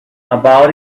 about